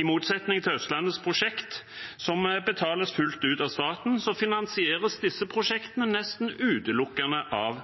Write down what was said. I motsetning til Østlandets prosjekt, som betales fullt ut av staten, finansieres disse prosjektene nesten utelukkende av